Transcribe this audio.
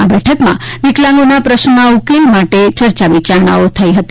આ બેઠકમાં વિકલાંગોના પ્રશ્નોના ઉકેલ માટે ચર્ચા વિચારણા કરાઈ હતી